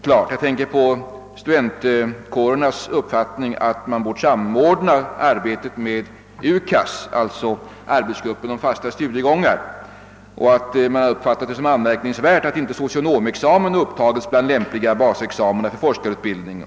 Sveriges förenade studentkårer anser att arbetet bort samordnas med arbetet inom UKAS, d. v. s. arbetsgruppen för fasta studiegångar. Man har vidare uppfattat det som anmärkningsvärt att inte socionomexamen upptagits bland lämpliga basexamina för forskarutbildningen.